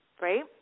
right